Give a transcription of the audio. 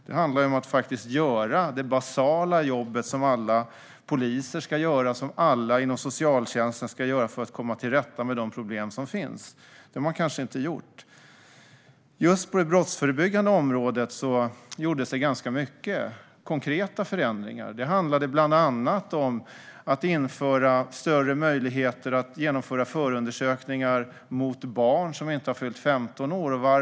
Det handlar om att faktiskt göra det basala jobb som alla poliser ska göra och som alla inom socialtjänsten ska göra för att komma till rätta med de problem som finns. Det har man kanske inte gjort. Just på det brottsförebyggande området gjordes det ganska många konkreta förändringar. Det handlade bland annat om att införa större möjligheter att genomföra förundersökningar mot barn som inte har fyllt 15 år. Varför gjorde man det?